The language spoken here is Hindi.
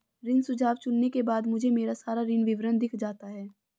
ऋण सुझाव चुनने के बाद मुझे मेरा सारा ऋण विवरण दिख जाता है